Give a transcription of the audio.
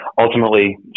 ultimately